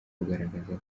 kugaragaza